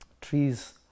Trees